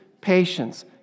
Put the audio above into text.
patience